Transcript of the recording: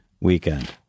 weekend